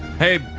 hey,